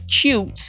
cute